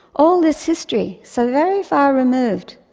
all this history so very far removed,